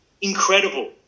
incredible